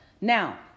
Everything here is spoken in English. Now